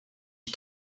die